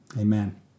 Amen